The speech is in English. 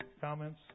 comments